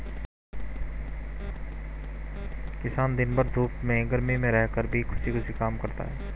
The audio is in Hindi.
किसान दिन भर धूप में गर्मी में रहकर भी खुशी खुशी काम करता है